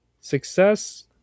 success